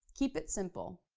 keep it simple.